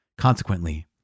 Consequently